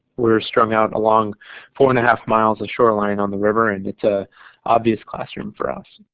we're strung out along four and a half miles of shoreline on the river and it's a obvious classroom for us.